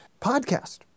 podcast